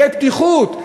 תהיה פתיחות.